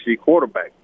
quarterback